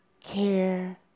care